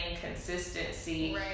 consistency